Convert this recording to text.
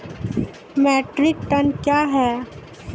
Metric tonne कया हैं?